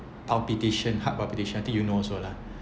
palpitation heart palpitation I think you know also lah